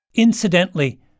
Incidentally